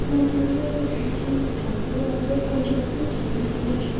ମୁଁ ମୋର କିଛି ଖାଦ୍ୟ ଅର୍ଡ଼ର୍ କରିବାକୁ ଚାହୁଁଥିଲି